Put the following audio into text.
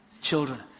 children